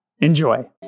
Enjoy